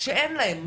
שאין להם מספיק,